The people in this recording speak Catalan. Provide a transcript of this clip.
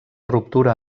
ruptura